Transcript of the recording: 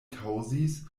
kaŭzis